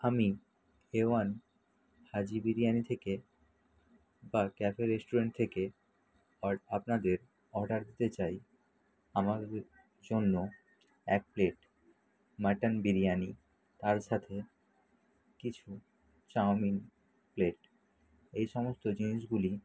আমি A one Haji biryani থেকে বা ক্যাফে রেস্টুরেন্ট থেকে আপনাদের অর্ডার দিতে চাই আমাদের জন্য এক প্লেট মাটন বিরিয়ানি তার সাথে কিছু চাউমিন প্লেট এই সমস্ত জিনিসগুলি